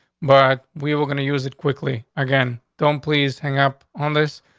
but we were going to use it quickly. again. don't please hang up on this.